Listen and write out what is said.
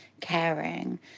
caring